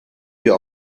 wir